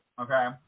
okay